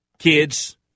kids